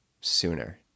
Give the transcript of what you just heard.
sooner